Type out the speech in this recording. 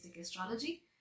Astrology